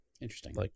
Interesting